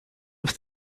have